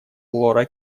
лора